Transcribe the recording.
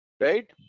right